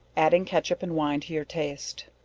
adding ketchup and wine to your taste.